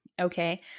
Okay